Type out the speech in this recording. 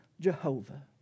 Jehovah